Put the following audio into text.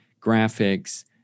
graphics